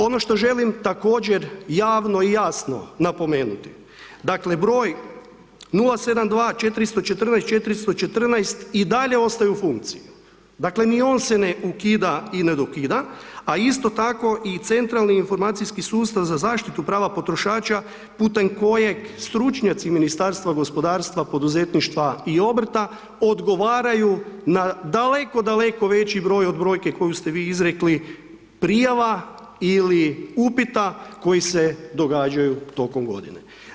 Ono što želim javno i jasno napomenuti, dakle, broj 072 414-414 i dalje ostaje u funkciji, dakle ni on se ne ukida i ne dokida, a isto tako i centralni informacijski sustav za zaštitu prava potrošača putem kojeg stručnjaci Ministarstva gospodarstva, poduzetništva i obrta odgovaraju na daleko, daleko veći broj od brojke koju ste vi rekli prijava ili upita koji se događaju tokom godine.